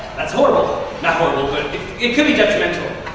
that's horrible. not horrible, but it could be detrimental.